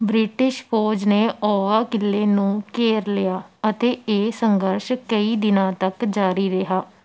British ਫੌਜ ਨੇ ਔਵਾ ਕਿਲ੍ਹੇ ਨੂੰ ਘੇਰ ਲਿਆ ਅਤੇ ਇਹ ਸੰਘਰਸ਼ ਕਈ ਦਿਨਾਂ ਤੱਕ ਜਾਰੀ ਰਿਹਾ